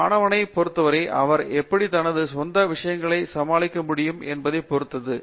மூர்த்திமாணவனை பொறுத்தவரையில் அவர் எப்படி தனது சொந்த விஷயங்களைச் சமாளிக்க முடியும் என்பதை பொறுத்தது